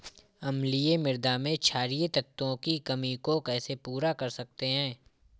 अम्लीय मृदा में क्षारीए तत्वों की कमी को कैसे पूरा कर सकते हैं?